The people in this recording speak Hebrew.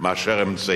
מאשר אמצעים.